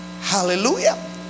Hallelujah